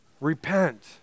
Repent